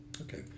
Okay